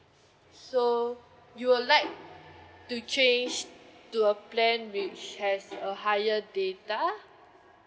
so you would like to change to a plan which has a higher data